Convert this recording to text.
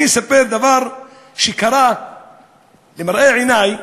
אני אספר דבר שקרה לנגד עיני: